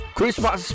Christmas